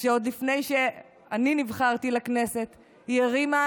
שעוד לפני שאני נבחרתי לכנסת היא הרימה